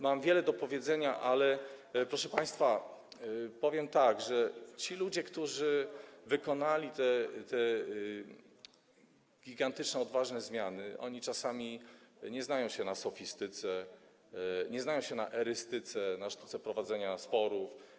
Mam wiele do powiedzenia, ale, proszę państwa, powiem tak, że ci ludzie, którzy dokonali tych gigantycznych, odważnych zmian, czasami nie znają się na sofistyce, nie znają się na erystyce, na sztuce prowadzenia sporów.